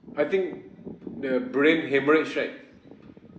I think the brain hemorrhage right